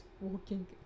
walking